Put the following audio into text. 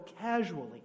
casually